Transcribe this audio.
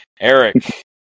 Eric